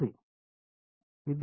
विद्यार्थी 0